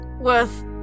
worth